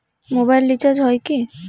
Mobile recharge হয় কি?